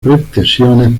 pretensiones